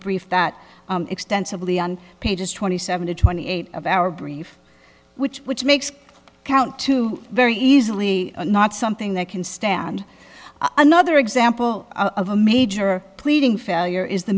brief that extensively on pages twenty seven twenty eight of our brief which which makes the count two very easily not something that can stand another example of a major pleading failure is the